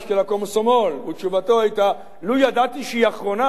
ותשובתו היתה: לו ידעתי שהיא האחרונה הייתי בא ומשתתף.